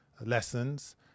lessons